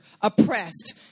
oppressed